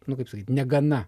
nu kaip sakyt negana